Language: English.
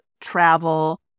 travel